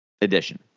edition